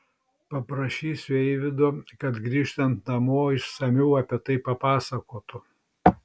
paprašysiu eivydo kad grįžtant namo išsamiau apie tai papasakotų